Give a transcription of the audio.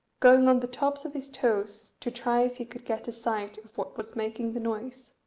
going on the tops of his toes to try if he could get a sight of what was making the noise,